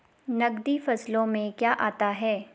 नकदी फसलों में क्या आता है?